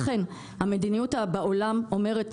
לכן המדיניות בעולם אומרת,